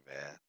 man